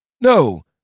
No